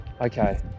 okay